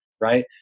right